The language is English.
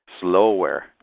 slower